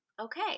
okay